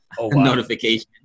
notification